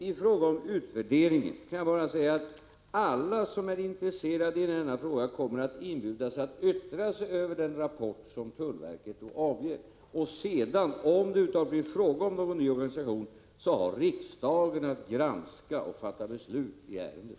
I fråga om utvärderingen kan jag bara säga att alla som är intresserade i denna fråga kommer att erbjudas att yttra sig över den rapport som tullverket då avger. Om det sedan blir fråga om någon ny organisation har riksdagen att granska och fatta beslut i ärendet.